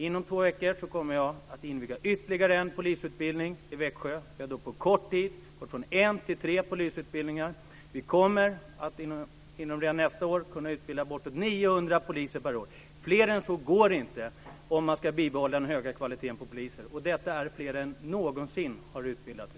Inom två veckor kommer jag att inviga ytterligare en polisutbildning i Växjö. Vi har då på kort tid gått från en till tre polisskolor. Vi kommer redan nästa år att kunna utbilda bortåt 900 poliser per år. Fler än så går det inte att utbilda om man ska bibehålla den höga kvaliteten på poliser. Detta är fler än som någonsin har utbildats i